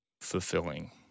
fulfilling